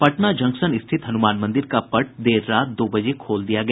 Patna junction स्थित हनुमान मंदिर का पट देर रात दो बजे खोल दिया गया